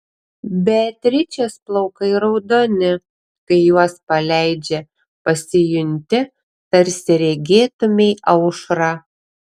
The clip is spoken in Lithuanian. beatričės plaukai raudoni kai juos paleidžia pasijunti tarsi regėtumei aušrą